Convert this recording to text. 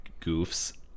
goofs